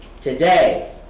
Today